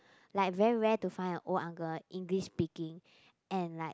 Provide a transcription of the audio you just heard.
like very rare to find a old uncle English speaking and like